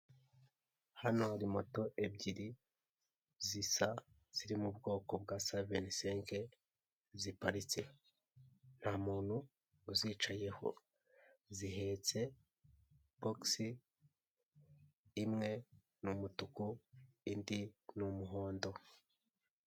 Hano hari moto ebyiri zisa ziri mu bwoko bwa sa veni seinc ziparitse nta muntu uzicayeho zihetse box imwe ni umutuku indi ni umuhondo.